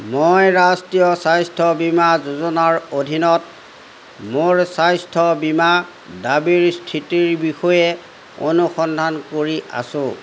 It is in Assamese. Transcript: মই ৰাষ্ট্ৰীয় স্বাস্থ্য বীমা যোজনাৰ অধীনত মোৰ স্বাস্থ্য বীমা দাবীৰ স্থিতিৰ বিষয়ে অনুসন্ধান কৰি আছোঁ